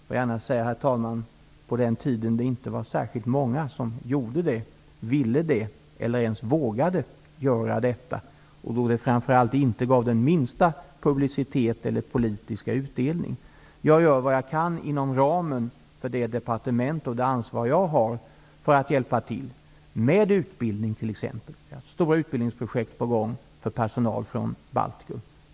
Det var, herr talman, på den tiden inte särskilt många som gjorde det, ville det eller ens vågade göra detta, och framför allt gav det inte den mista publicitet eller politiska utdelning. Jag gör vad jag kan för att hjälpa till inom ramen för mitt departement och det ansvar jag har. Det gäller t.ex. utbildning. Vi har stora utbildningsprojekt på gång för personal från Baltikum.